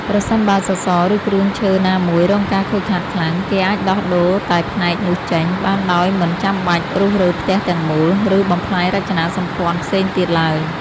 ប្រសិនបើសសរ ឬគ្រឿងឈើណាមួយរងការខូចខាតខ្លាំង គេអាចដោះដូរតែផ្នែកនោះចេញបានដោយមិនចាំបាច់រុះរើផ្ទះទាំងមូល ឬបំផ្លាញរចនាសម្ព័ន្ធផ្សេងទៀតឡើយ។